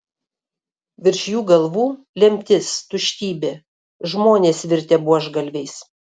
virš jų galvų lemtis tuštybė žmonės virtę buožgalviais